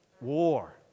war